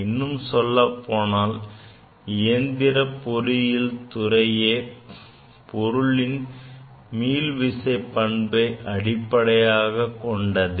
இன்னும் சொல்லப்போனால் இயந்திரப் பொறியியல் துறையே பொருள்களின் மீள் விசை பண்பை அடிப்படையாகக் கொண்டதே